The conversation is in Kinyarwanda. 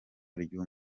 ry’uwo